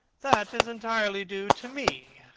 that is entirely due to me,